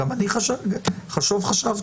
אנחנו מכירים בנושא הזה אבל מצד שני אנחנו חושבים שברגע